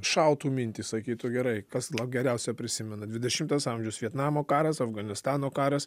šautų mintys sakytų gerai kas geriausia prisimena dvidešimtas amžius vietnamo karas afganistano karas